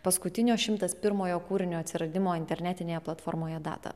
paskutinio šimtas pirmojo kūrinio atsiradimo internetinėje platformoje datą